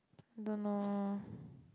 don't know